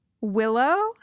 Willow